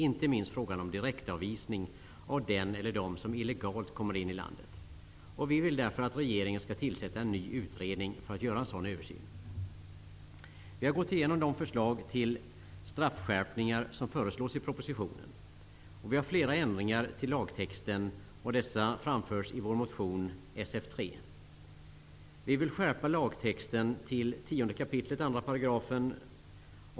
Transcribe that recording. Inte minst bör frågan om direktavvisning av dem som illegalt kommer in i landet tas upp. Vi vill därför att regeringen skall tillsätta en ny utredning som skall göra en sådan översyn. Vi har gått igenom de förslag till straffskärpningar som föreslås i propositionen. Vi har flera förslag om ändringar av lagtexten. De framförs i vår motion Sf3. Vi vill skärpa lagtexten i 10 kap. 2 §.